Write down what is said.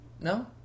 No